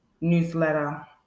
newsletter